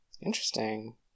Interesting